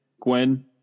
Gwen